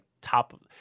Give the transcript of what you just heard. top